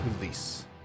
release